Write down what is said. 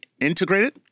integrated